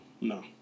No